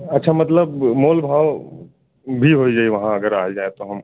अच्छा मतलब मोल भाव भी हो जाई वहाँ अगर आ जाएँ तो हम